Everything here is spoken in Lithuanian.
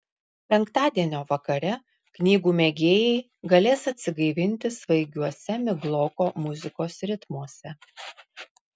penktadienio vakare knygų mėgėjai galės atsigaivinti svaigiuose migloko muzikos ritmuose